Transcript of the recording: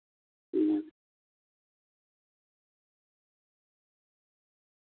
आं